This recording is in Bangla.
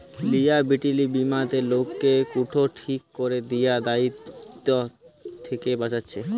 লিয়াবিলিটি বীমাতে লোককে কুনো ঠিক কোরে দিয়া দায়িত্ব থিকে বাঁচাচ্ছে